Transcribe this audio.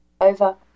Over